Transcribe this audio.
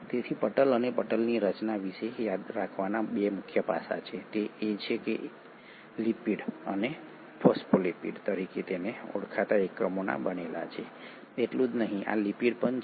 તેથી પટલ અને પટલની રચના વિશે યાદ રાખવાનાં 2 મુખ્ય પાસાં છે તે એ છે કે તે લિપિડ અને ફોસ્ફોલિપિડ્સ તરીકે ઓળખાતા એકમોના બનેલા છે એટલું જ નહીં આ લિપિડ પણ છે